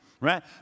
right